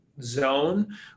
zone